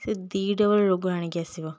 ସେ ଦୁଇ ଡବଲ୍ ରୋଗ ଆଣିକି ଆସିବ